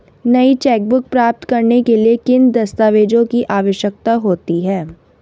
नई चेकबुक प्राप्त करने के लिए किन दस्तावेज़ों की आवश्यकता होती है?